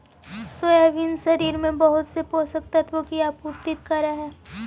soybean शरीर में बहुत से पोषक तत्वों की आपूर्ति करअ हई